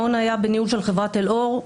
המעון היה בניהול של חברת טל-אור,